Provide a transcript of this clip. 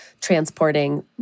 transporting